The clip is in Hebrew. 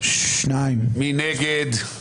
מי נגד?